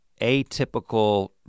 atypical